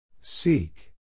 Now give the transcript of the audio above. Seek